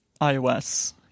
ios